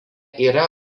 yra